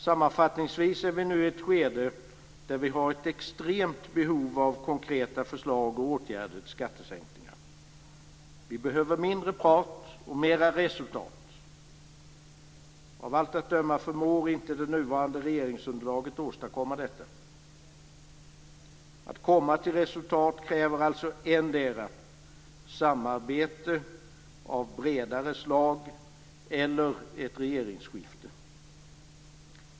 Sammanfattningsvis är vi nu i ett skede där vi har ett extremt behov av konkreta förslag till och åtgärder för skattesänkningar. Vi behöver mindre prat och mer resultat. Av allt att döma förmår inte det nuvarande regeringsunderlaget att åstadkomma detta. Att komma till resultat kräver alltså endera samarbete av bredare slag eller ett regeringsskifte.